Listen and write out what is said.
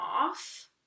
off